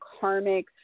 karmic